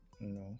No